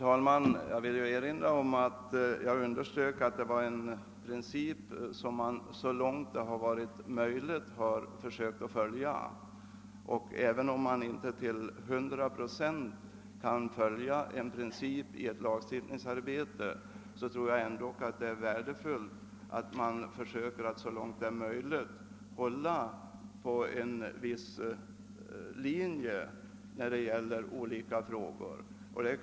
Herr talman! Jag underströk att det var en princip som man så långt det var möjligt försökte följa. även om man inte till 100 procent kan följa en princip i ett lagstiftningsarbete är det ändå värdefullt att man så långt som möjligt försöker hålla en viss linje i de olika frågorna.